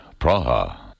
Praha